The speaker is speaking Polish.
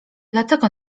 dlatego